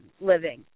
living